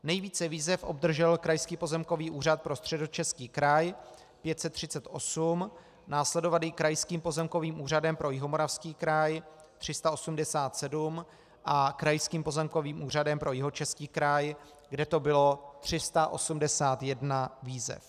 Nejvíce výzev obdržel Krajský pozemkový úřad pro Středočeský kraj: 538, následovaný Krajským pozemkovým úřadem pro Jihomoravský kraj: 387 a Krajským pozemkovým úřadem pro Jihočeský kraj, kde to bylo 381 výzev.